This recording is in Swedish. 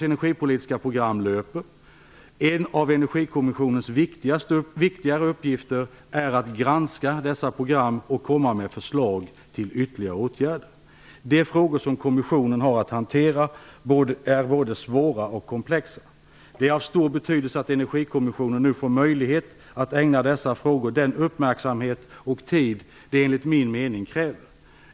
Energikommissionens viktigare uppgifter är att granska dessa program och komma med förslag till ytterligare åtgärder. De frågor som kommissionen har att hantera är både svåra och komplexa. Det är av stor betydelse att Energikommissionen nu får möjlighet att ägna dessa frågor den uppmärksamhet och tid de enligt min mening kräver.